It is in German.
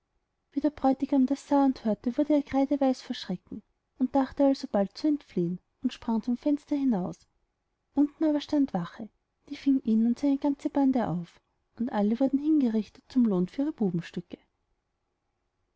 der bräutigam das sah und hörte wurde er kreideweiß vor schrecken dachte alsobald zu entfliehen und sprang zum fenster hinaus unten aber stand wache die fing ihn und seine ganze bande auf und alle wurden hingerichtet zum lohn für ihre